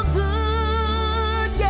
good